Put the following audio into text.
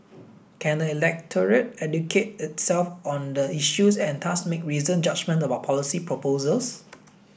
can the electorate educate itself on the issues and thus make reasoned judgements about policy proposals